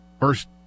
first